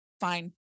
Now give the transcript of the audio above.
fine